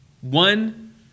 One